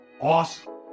awesome